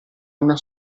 una